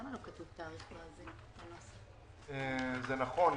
זה נכון.